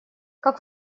как